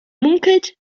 munkelt